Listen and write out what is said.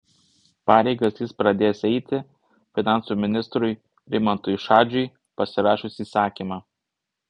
pareigas jis pradės eiti finansų ministrui rimantui šadžiui pasirašius įsakymą